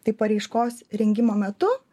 tai paraiškos rengimo metu